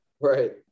Right